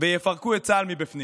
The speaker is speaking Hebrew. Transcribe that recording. ויפרקו את צה"ל מבפנים,